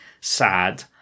sad